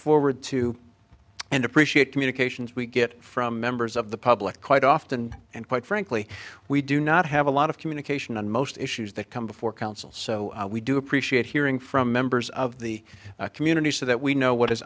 forward to and appreciate communications we get from members of the public quite often and quite frankly we do not have a lot of communication on most issues that come before council so we do appreciate hearing from members of the community so that we know what is